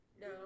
No